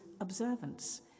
observance